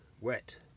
wet